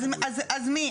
אז מי?